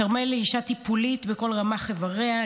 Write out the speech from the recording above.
כרמל היא אישה טיפולית בכל רמ"ח אבריה.